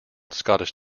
scottish